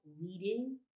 leading